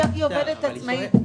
היא עובדת עצמאית לגמרי.